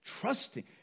Trusting